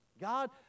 God